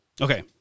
Okay